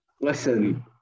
listen